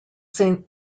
saint